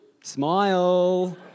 Smile